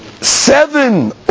Seven